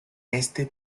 este